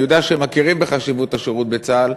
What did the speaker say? אני יודע שהם מכירים בחשיבות השירות בצה"ל,